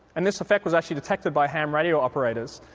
and this effect was actually detected by ham radio operators.